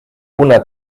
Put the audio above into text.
una